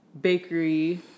bakery